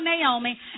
Naomi